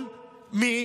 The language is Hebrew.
כל מי